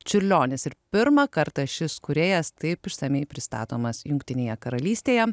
čiurlionis ir pirmą kartą šis kūrėjas taip išsamiai pristatomas jungtinėje karalystėje